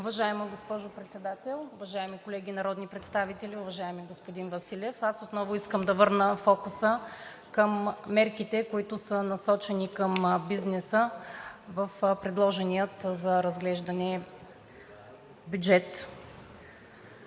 Уважаема госпожо Председател, уважаеми колеги народни представители, уважаеми господин Василев! Аз отново искам да върна фокуса към мерките, които са насочени към бизнеса в предложения за разглеждане бюджет.